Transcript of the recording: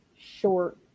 short